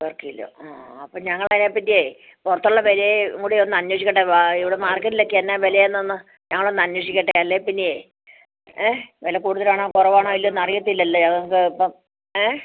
ബാക്കി ഇല്ല ആ അപ്പോൾ ഞങ്ങൾ അതിനെ പറ്റിയെ പുറത്ത് ഉള്ള വിലയും കൂടി ഒന്ന് അന്വേഷിക്കട്ടെ ആ ഇവിടെ മാർക്കറ്റിൽ ഒക്കെ എന്നാൽ വിലയാന്ന് ഒന്ന് ഞങ്ങൾ ഒന്ന് അന്വേഷിക്കട്ടെ അല്ലെ പിന്നെയെ വില കൂടുതൽ ആണോ കുറവ് ആണോ അല്ലയോ അറിയത്തില്ലല്ലോ ഞങ്ങൾക്ക് അപ്പം ഏഹ്